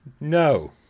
No